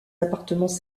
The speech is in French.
appartements